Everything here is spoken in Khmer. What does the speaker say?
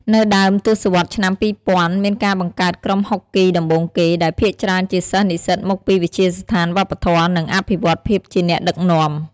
នៅដើមទសវត្សរ៍ឆ្នាំ២០០០ មានការបង្កើតក្រុមហុកគីដំបូងគេ ដែលភាគច្រើនជាសិស្សនិស្សិតមកពីវិទ្យាស្ថានវប្បធម៌ និងអភិវឌ្ឍន៍ភាពជាអ្នកដឹកនាំ។